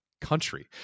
country